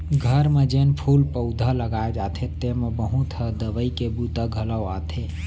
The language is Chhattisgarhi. घर म जेन फूल पउधा लगाए जाथे तेमा बहुत ह दवई के बूता घलौ आथे